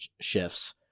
shifts